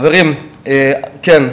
חברים, כן,